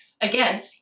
Again